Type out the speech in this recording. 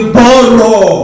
borrow